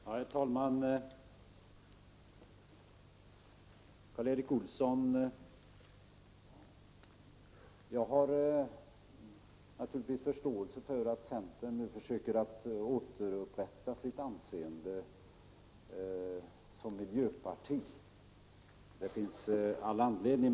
Herr talman! Till Karl Erik Olsson: Jag har naturligtvis förståelse för att centern försöker återupprätta sitt anseende som miljöparti. Det finns all anledning till det.